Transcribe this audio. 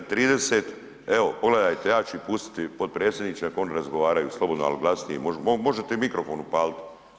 U 1 i 30, evo, pogledajte, ja ću ih pustiti, potpredsjedniče, ako oni razgovaraju slobodno, ali glasnije, možete i mikrofon upaliti.